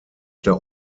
der